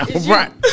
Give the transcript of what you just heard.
Right